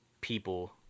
people